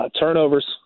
Turnovers